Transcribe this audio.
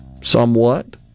somewhat